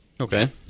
okay